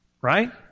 Right